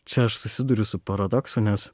čia aš susiduriu su paradoksu nes